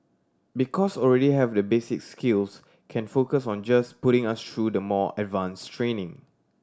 because already have the basic skills can focus on just putting us through the more advanced training